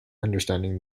understanding